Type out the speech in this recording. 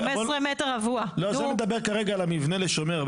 לימור סון הר מלך (עוצמה יהודית): 15 מטרים רבועים.